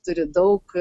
turi daug